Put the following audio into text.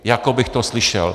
Jako bych to slyšel.